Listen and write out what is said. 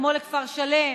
כמו לכפר-שלם,